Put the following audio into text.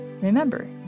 Remember